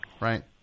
Right